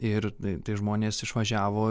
ir tai žmonės išvažiavo